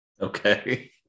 Okay